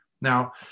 Now